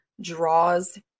draws